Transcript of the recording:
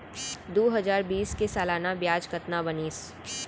दू हजार बीस के सालाना ब्याज कतना बनिस?